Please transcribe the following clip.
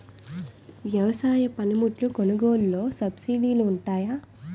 వ్యవసాయ పనిముట్లు కొనుగోలు లొ సబ్సిడీ లు వుంటాయా?